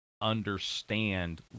understand